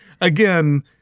again